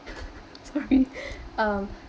sorry um